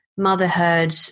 Motherhood